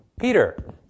peter